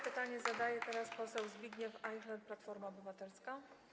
Pytanie zadaje teraz poseł Zbigniew Ajchler, Platforma Obywatelska.